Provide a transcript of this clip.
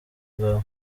ubwawe